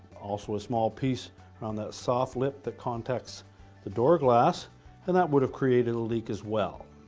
also, a small piece on the soft lip that contacts the door glass and that would have created a leak as well.